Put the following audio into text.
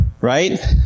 right